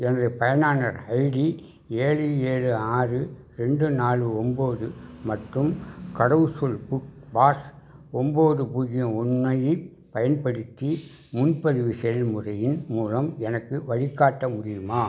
எனது பயனாளர் ஐடி ஏழு ஏழு ஆறு ரெண்டு நாலு ஒன்போது மற்றும் கடவுசொல் புக் பாஸ் ஒன்போது பூஜ்ஜியம் ஒன்ரைப் பயன்படுத்தி முன்பதிவு செயல்முறையின் மூலம் எனக்கு வழிக்காட்ட முடியுமா